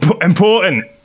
Important